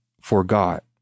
forgot